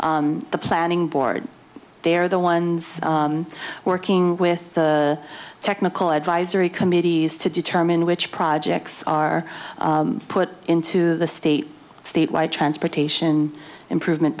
is the planning board they are the ones working with the technical advisory committees to determine which projects are put into the state statewide transportation improvement